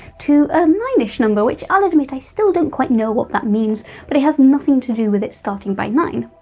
to a nine ish number which i'll admit i still don't quite know what that means but it has nothing to do with it starting by nine,